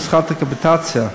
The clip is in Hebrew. נוסחת הקפיטציה,